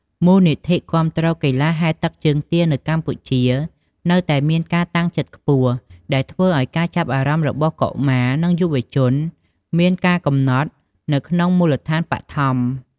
មូលនិធិគាំទ្រកីឡាហែលទឹកជើងទានៅកម្ពុជា នៅតែមានការតាំងចិត្តខ្ពស់ ដែលធ្វើឱ្យការចាប់អារម្មណ៍របស់កុមារនិងយុវជនមានការកំណត់នៅក្នុងមូលដ្ឋានបឋម។